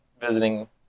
visiting